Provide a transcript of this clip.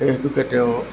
এইটোকে তেওঁ